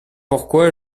pourquoi